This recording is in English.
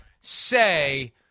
say